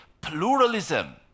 pluralism